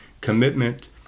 commitment